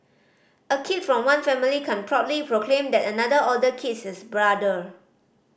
a kid from one family can proudly proclaim that another older kid is his brother